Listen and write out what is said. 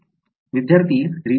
विद्यार्थीः रिजन १